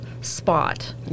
spot